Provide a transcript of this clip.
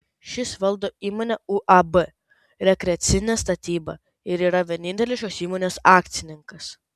šis valdo įmonę uab rekreacinė statyba ir yra vienintelis šios įmonės akcininkas